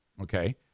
okay